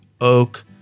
oak